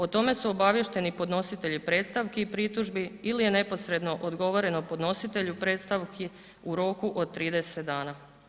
O tome su obaviješteni podnositelji predstavki i pritužbi ili je neposredno odgovoreno podnositelju predstavki u roku od 30 dana.